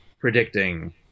predicting